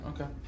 okay